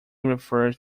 referred